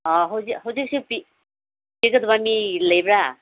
ꯑꯧ ꯍꯧꯖꯤꯛ ꯍꯧꯖꯤꯛꯁꯤ ꯄꯤꯒꯗꯕ ꯃꯤ ꯂꯩꯕ꯭ꯔꯥ